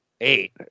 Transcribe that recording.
eight